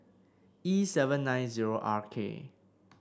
E seven nine zero R K